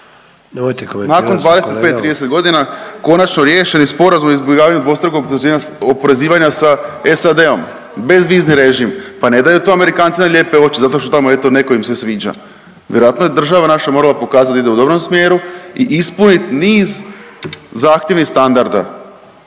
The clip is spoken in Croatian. nakon 25, 30 godina konačno riješen i Sporazum o izbjegavanju dvostrukog oporezivanja sa SAD-om, bez vizni režim, pa ne daju to Amerikanci na lijepe oči zato što tamo eto neko im se sviđa. Vjerojatno je država naša morala pokazati da ide u dobrom smjeru i ispunit niz zahtjevnih standarda.